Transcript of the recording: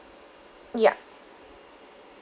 ya